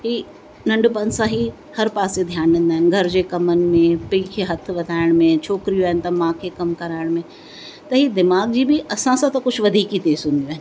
हीअ नंढपिण सां ई हर पासे ध्यानु ॾींदा आहिनि घर जे कमनि में पीउ खे हथु वधाइण में छोकिरियूं आहिनि त माउ खे कमु कराइण में त ई दिमाग़ जी बि असां सां त कुझु वधीक ई थी